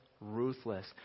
ruthless